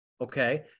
Okay